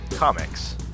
Comics